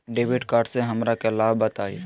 Debit card से हमरा के लाभ बताइए?